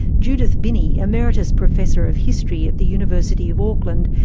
judith binney, emeritus professor of history at the university of auckland,